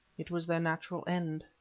it was their natural end.